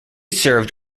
served